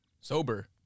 sober